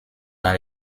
dans